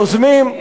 תהיה,